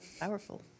Powerful